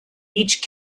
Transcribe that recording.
each